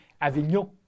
Avignon